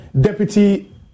deputy